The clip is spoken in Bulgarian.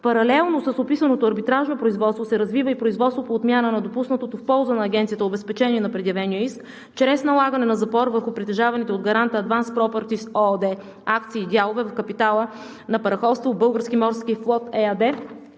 Паралелно с описаното арбитражно производство се развива и производство по отмяна на допуснатото в полза на Агенцията обезпечение на предявения иск чрез налагане на запор върху притежаваните от гаранта „Адванс Пропъртис“ ООД акции и дялове в капитала на Параходство